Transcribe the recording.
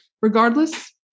Regardless